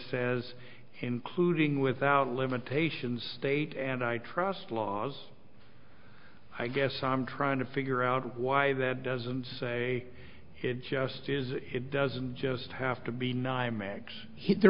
says including without limit patients state and i trust laws i guess i'm trying to figure out why that doesn't say it just is it doesn't just have to be